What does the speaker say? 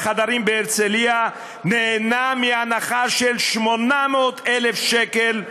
חדרים בהרצליה נהנה מהנחה של 800,000 שקל,